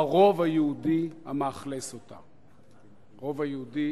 ברוב היהודי המאכלס אותה, הרוב היהודי